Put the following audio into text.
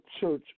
church